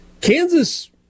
Kansas